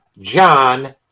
John